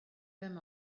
them